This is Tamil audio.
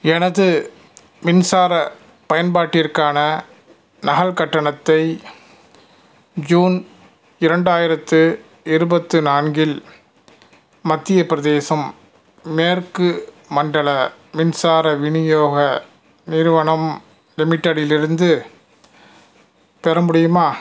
எனது மின்சார பயன்பாட்டிற்கான நகல் கட்டணத்தை ஜூன் இரண்டாயிரத்தி இருபத்தி நான்கு இல் மத்திய பிரதேசம் மேற்கு மண்டல மின்சார விநியோக நிறுவனம் லிமிட்டெடில் இருந்து பெற முடியுமா